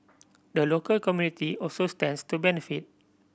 the local community also stands to benefit